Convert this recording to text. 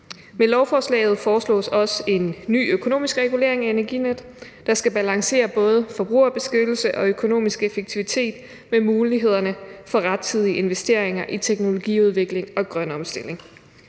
Med lovforslaget foreslås også en ny økonomisk regulering af Energinet, der skal balancere både forbrugerbeskyttelse og økonomisk effektivitet med mulighederne for rettidige investeringer i teknologiudvikling og grøn omstilling.